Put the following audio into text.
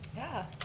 yeah.